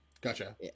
Gotcha